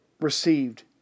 received